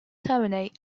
terminate